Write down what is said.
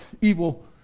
evil